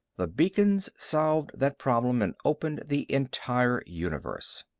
the beacons solved that problem and opened the entire universe.